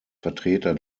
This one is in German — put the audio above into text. vertreter